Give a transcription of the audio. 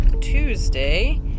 Tuesday